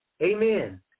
Amen